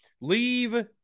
leave